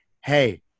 hey